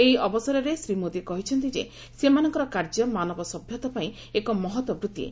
ଏହି ଅବସରରେ ଶ୍ରୀ ମୋଦି କହିଛନ୍ତି ଯେ ସେମାନଙ୍କର କାର୍ଯ୍ୟ ମାନବ ସଭ୍ୟତା ପାଇଁ ଏକ ମହତ ବୃତ୍ତି